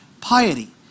piety